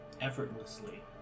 effortlessly